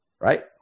Right